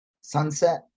sunset